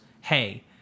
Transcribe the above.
hey